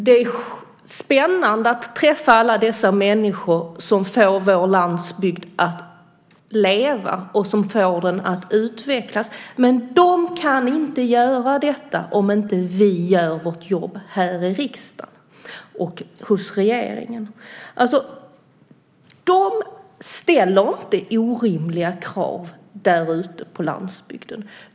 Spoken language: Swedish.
Det är spännande att träffa alla dessa människor som får vår landsbygd att leva och att utvecklas. Men de kan inte göra detta om inte riksdag och regering gör sitt jobb. Det är inte orimliga krav som de ställer ute på landsbygden.